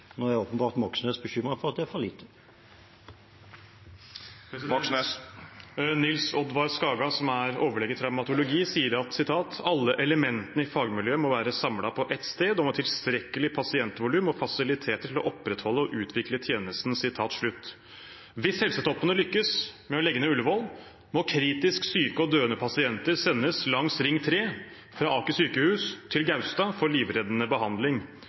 Nå er åpenbart Moxnes bekymret for at det er for lite. Nils Oddvar Skaga, som er overlege i traumatologi, sier: «Alle elementene i fagmiljøet må være samlet på ett sted, og med tilstrekkelig pasientvolum og fasiliteter til å opprettholde og utvikle tjenesten.» Hvis helsetoppene lykkes med å legge ned Ullevål, må kritisk syke og døende pasienter sendes langs Ring 3, fra Aker sykehus til Gaustad, for livreddende behandling.